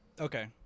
okay